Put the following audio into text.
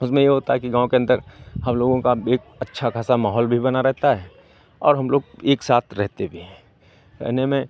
उसमें ये होता है कि गाँव के अंदर हम लोगों का अब एक अच्छा खासा माहौल भी बना रहता है और हम लोग एक साथ रहते भी हैं याने में